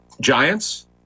Giants